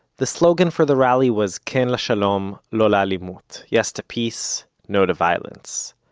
the slogan for the rally was ken lashalom, lo la'alimut yes to peace, no to violence.